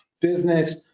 business